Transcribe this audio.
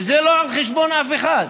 וזה לא על חשבון אף אחד,